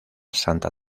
santa